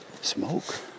Smoke